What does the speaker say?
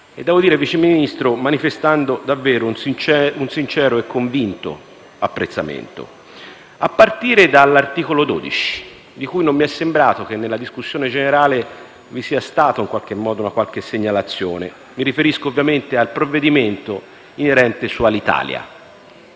e devo dire, signor Vice Ministro, manifestando davvero un sincero e convinto apprezzamento, a partire dall'articolo 12, di cui non mi è sembrato che nella discussione generale vi sia stata in qualche modo alcuna segnalazione. Mi riferisco ovviamente al provvedimento inerente all'Alitalia,